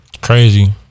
Crazy